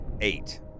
Eight